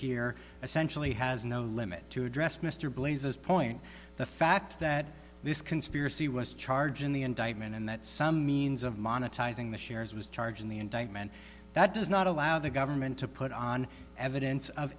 here essentially has no limit to address mr blazes point the fact that this conspiracy was charged in the indictment and that some means of monetizing the shares was charged in the indictment that does not allow the government to put on evidence of